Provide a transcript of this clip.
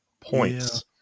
points